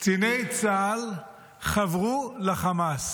"קציני צה"ל חברו לחמאס"